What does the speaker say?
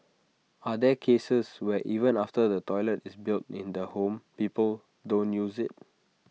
are there cases where even after the toilet is built in the home people don't use IT